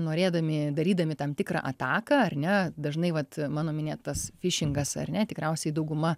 norėdami darydami tam tikrą ataką ar ne dažnai vat mano minėtas fišingas ar ne tikriausiai dauguma